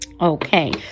Okay